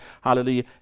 Hallelujah